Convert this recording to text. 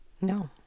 No